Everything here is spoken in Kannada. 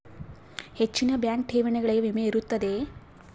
ಹೆಚ್ಚಿನ ಬ್ಯಾಂಕ್ ಠೇವಣಿಗಳಿಗೆ ವಿಮೆ ಇರುತ್ತದೆಯೆ?